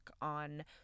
on